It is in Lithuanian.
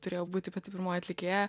turėjau būti pati pirmoji atlikėja